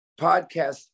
podcast